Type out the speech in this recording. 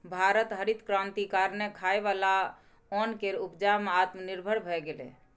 भारत हरित क्रांति कारणेँ खाइ बला ओन केर उपजा मे आत्मनिर्भर भए गेलै